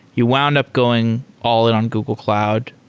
you wound up going all in on google cloud.